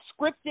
scripted